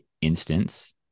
instance